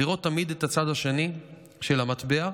לראות תמיד את הצד השני של המטבע,